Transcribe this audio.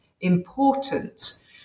important